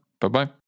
bye-bye